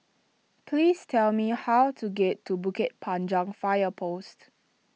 please tell me how to get to Bukit Panjang Fire Post